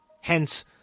hence